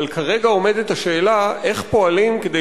אבל כרגע עומדת השאלה איך פועלים כדי